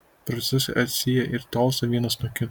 procesai atsyja ir tolsta vienas nuo kito